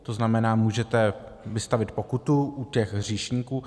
To znamená, můžete vystavit pokutu u těch hříšníků.